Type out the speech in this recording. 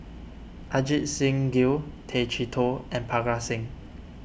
Ajit Singh Gill Tay Chee Toh and Parga Singh